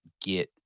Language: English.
get